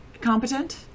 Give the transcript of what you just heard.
competent